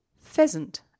Pheasant